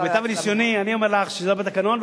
למיטב ניסיוני אני אומר לך שזה לא בתקנון,